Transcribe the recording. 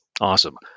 Awesome